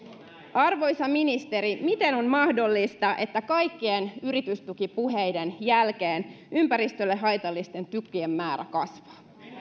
arvoisa ministeri miten on mahdollista että kaikkien yritystukipuheiden jälkeen ympäristölle haitallisten tukien määrä kasvaa